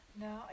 No